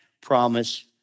promise